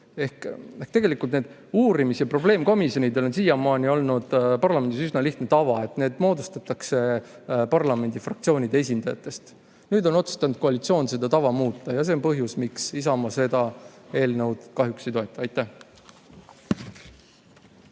Tegelikult on uurimis- ja probleemkomisjonide moodustamisel siiamaani olnud parlamendis üsna lihtne tava: need moodustatakse parlamendifraktsioonide esindajatest. Nüüd on aga koalitsioon otsustanud seda tava muuta ja see on põhjus, miks Isamaa seda eelnõu kahjuks ei toeta. Aitäh!